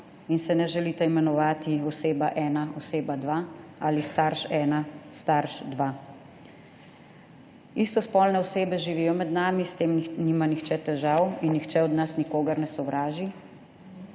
in se ne želita imenovati oseba ena, oseba dve ali starš ena, starš dve. Istospolne osebe živijo med nami, s tem nima nihče težav in nihče od nas nikogar ne sovraži.